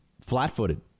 flat-footed